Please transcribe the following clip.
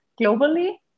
globally